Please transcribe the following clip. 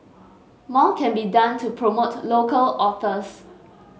more can be done to promote local authors